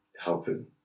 helping